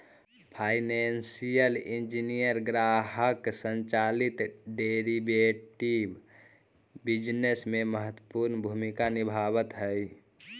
financial engineering ग्राहक संचालित derivative business में महत्वपूर्ण भूमिका निभावऽ हई